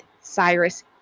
Cyrus